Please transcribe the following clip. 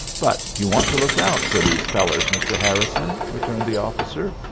but you want to look out for these fellers, mr. harrison, returned the officer.